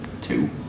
two